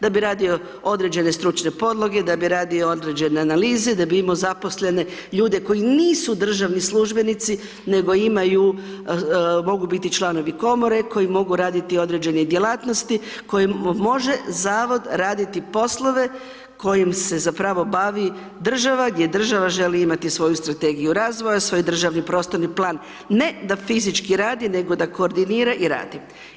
Da bi radio određene stručne podloge, da bi radio određene analize, da bi imao zaposlene ljude koji nisu državni službenici, nego imaju, mogu biti članovi komore koji mogu raditi određene djelatnosti, koji može Zavod raditi poslove kojim se zapravo bavi država, gdje država želi imati svoju strategiju razvoja, svoj državni prostorni plan, ne da fizički radi, nego da koordinira i radi.